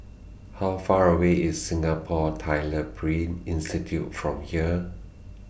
How Far away IS Singapore Tyler Print Institute from here